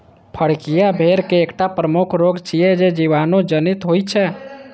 फड़कियां भेड़क एकटा प्रमुख रोग छियै, जे जीवाणु जनित होइ छै